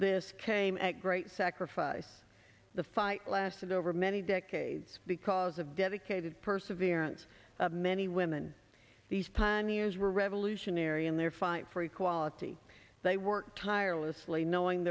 this came at great sacrifice the fight lasted over many decades because of dedicated perseverance many women these pioneers were revolutionary in their fight for equality they worked tirelessly knowing